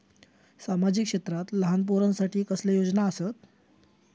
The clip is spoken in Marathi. सामाजिक क्षेत्रांत लहान पोरानसाठी कसले योजना आसत?